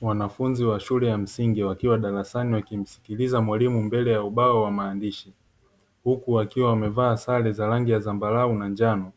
Wanafunzi wa shule ya msingi wakiwa darasani wakimsikiliza mwalimu mbele ya ubao wa maandishi, Huku wakiwa wamevaa sale za rangi ya zambarau na njano,